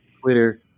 Twitter